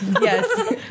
Yes